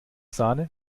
sahne